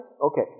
Okay